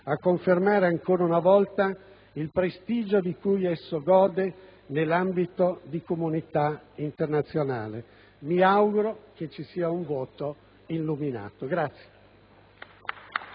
a confermare ancora una volta il prestigio di cui il Paese gode nell'ambito della comunità internazionale. Mi auguro che vi sia un voto illuminato.